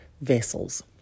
vessels